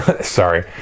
sorry